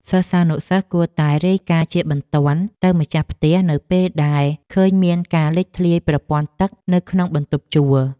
សិស្សានុសិស្សគួរតែរាយការណ៍ជាបន្ទាន់ទៅម្ចាស់ផ្ទះនៅពេលដែលឃើញមានការលេចធ្លាយប្រព័ន្ធទឹកនៅក្នុងបន្ទប់ជួល។